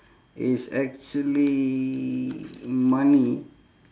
it's actually money